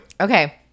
Okay